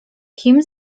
kim